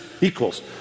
equals